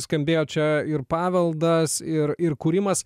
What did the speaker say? skambėjo čia ir paveldas ir ir kūrimas